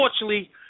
Unfortunately